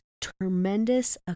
tremendous